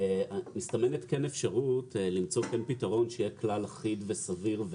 מסתמנת אפשרות למצוא פתרון שיהיה כלל אחיד וסביר,